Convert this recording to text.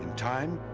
time,